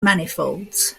manifolds